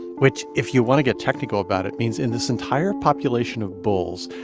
which, if you want to get technical about it, means in this entire population of bulls,